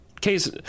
case